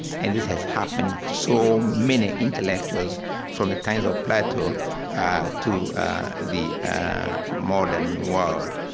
and this has happened to so many intellectuals from the times of plato to the modern world.